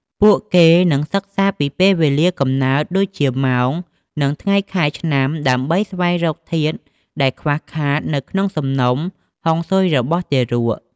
ពួកគេនឹងសិក្សាពីពេលវេលាកំណើត ដូចជា ម៉ោង និងថ្ងៃខែឆ្នាំ ដើម្បីស្វែងរកធាតុដែលខ្វះខាតនៅក្នុងសំណុំហុងស៊ុយរបស់ទារក។